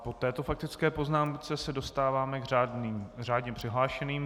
Po této faktické poznámce se dostáváme k řádně přihlášeným.